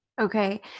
Okay